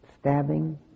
stabbing